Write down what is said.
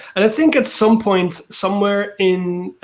and i think at some point somewhere in,